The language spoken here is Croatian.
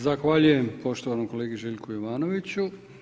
Zahvaljujem poštovanom kolegi Željku Jovanoviću.